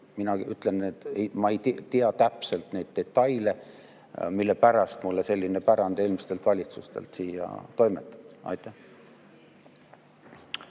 Mina ütlen, et ma ei tea täpselt neid detaile, mille pärast mulle selline pärand eelmistelt valitsustelt siia toimeti. Aitäh!